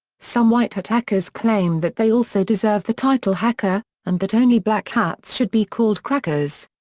some white hat hackers claim that they also deserve the title hacker, and that only black hats should be called crackers.